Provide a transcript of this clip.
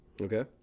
Okay